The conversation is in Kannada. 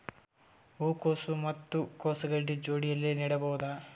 ಹೂ ಕೊಸು ಮತ್ ಕೊಸ ಗಡ್ಡಿ ಜೋಡಿಲ್ಲೆ ನೇಡಬಹ್ದ?